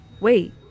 Wait